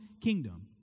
kingdom